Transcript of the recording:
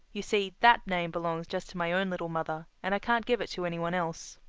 you see, that name belongs just to my own little mother, and i can't give it to any one else.